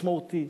משמעותי,